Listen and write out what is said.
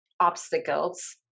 Obstacles